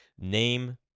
name